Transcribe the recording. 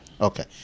Okay